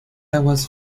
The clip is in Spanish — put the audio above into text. aguas